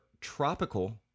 tropical